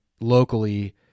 locally